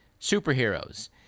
Superheroes